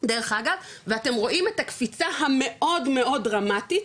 דרך אגב ואתם רואים את הקפיצה המאוד מאוד דרמטית,